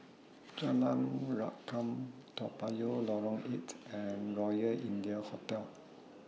Jalan Rukam Toa Payoh Lorong eight and Royal India Hotel